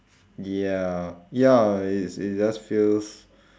ya ya it's it just feels